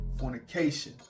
fornication